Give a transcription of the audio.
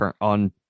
on